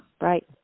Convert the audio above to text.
Right